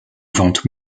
ventes